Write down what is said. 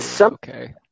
Okay